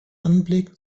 anblick